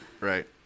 Right